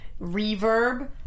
Reverb